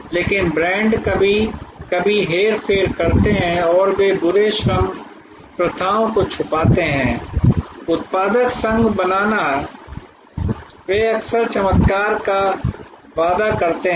लेकिन ब्रांड कभी कभी हेरफेर करते हैं वे बुरे श्रम प्रथाओं को छिपाते हैं उत्पादक संघ बनाना वे अक्सर चमत्कार का वादा करते हैं